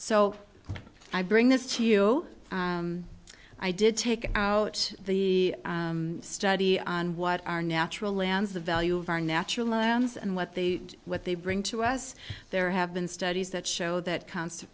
so i bring this to you i did take out the study on what are natural lands the value of our natural and what they what they bring to us there have been studies that show that comes to